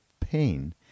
pain